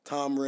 Tom